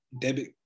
debit